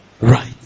Right